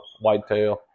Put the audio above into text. whitetail